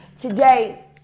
Today